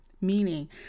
Meaning